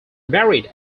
married